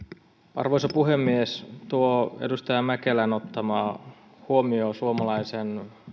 arvoisa puhemies tuo edustaja mäkelän esittämä huomio suomalaisen